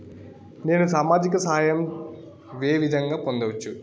నేను సామాజిక సహాయం వే విధంగా పొందొచ్చు?